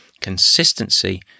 consistency